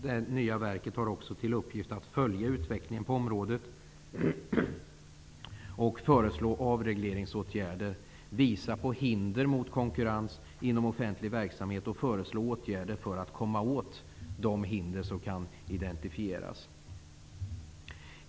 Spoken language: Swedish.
Det nya verket har också till uppgift att följa utvecklingen på området och föreslå avregleringsåtgärder, visa på hinder mot konkurrens inom offentlig verksamhet och föreslå åtgärder för att komma åt de hinder som kan identifieras.